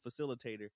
facilitator